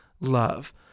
love